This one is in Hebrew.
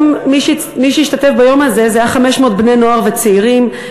מי שהשתתפו ביום הזה היו 500 בני-נוער וצעירים,